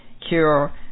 cure